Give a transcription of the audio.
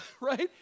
right